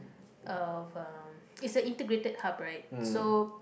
of uh is a integrated hub right so